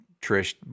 Trish